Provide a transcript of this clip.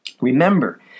Remember